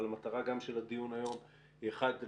אבל המטרה גם של הדיון היום היא אחת,